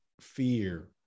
fear